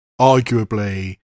arguably